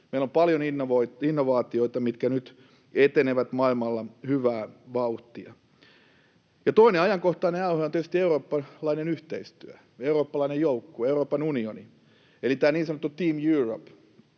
Meillä on paljon innovaatioita, mitkä nyt etenevät maailmalla hyvää vauhtia. Toinen ajankohtainen aihe on tietysti eurooppalainen yhteistyö, eurooppalainen joukkue, Euroopan unioni, eli tämä niin sanottu team Europe,